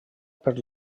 per